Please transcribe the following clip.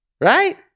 Right